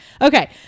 Okay